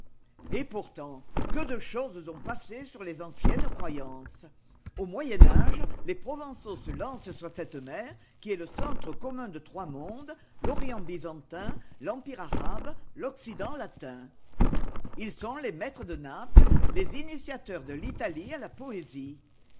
et pourtant que de choses ont passé sur les anciennes croyances au moyen âge les provençaux se lancent sur cette mer qui est le centre commun de trois mondes l'orient byzantin l'empire arabe l'occident latin ils sont les maîtres de naples les initiateurs de l'italie à la poésie